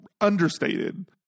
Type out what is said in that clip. understated